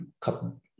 couple